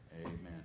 Amen